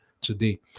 today